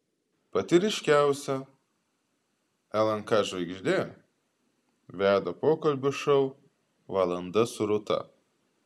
pati ryškiausia lnk žvaigždė veda pokalbių šou valanda su rūta